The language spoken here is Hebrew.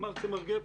אמרת צמר גפן.